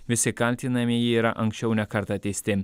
visi kaltinamieji yra anksčiau ne kartą teisti